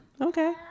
Okay